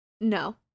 No